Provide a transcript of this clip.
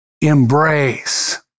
embrace